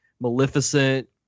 Maleficent